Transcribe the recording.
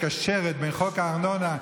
שמקשרת בין חוק הארנונה,